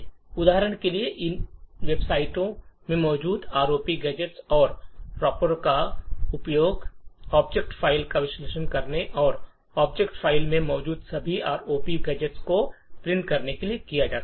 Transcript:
उदाहरण के लिए इन वेबसाइटों में मौजूद आरओपी गैजेट और रोपपर का उपयोग ऑब्जेक्ट फ़ाइलों का विश्लेषण करने और इन ऑब्जेक्ट फ़ाइलों में मौजूद सभी आरओपी गैजेट्स को प्रिंट करने के लिए किया जा सकता है